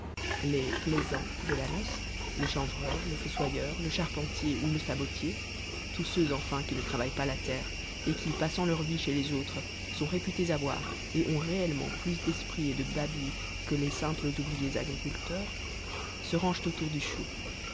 les plaisants de la noce le chanvreur le fossoyeur le charpentier ou le sabotier tous ceux enfin qui ne travaillent pas la terre et qui passant leur vie chez les autres sont réputés avoir et ont réellement plus d'esprit et de babil que les simples ouvriers agriculteurs se rangent autour du chou